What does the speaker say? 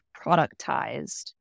productized